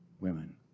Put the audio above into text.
women